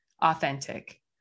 authentic